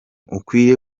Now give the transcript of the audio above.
ukwiye